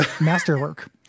masterwork